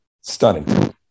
Stunning